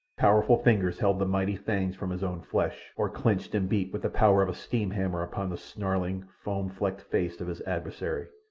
powerful fingers held the mighty fangs from his own flesh, or clenched and beat with the power of a steam-hammer upon the snarling, foam-flecked face of his adversary.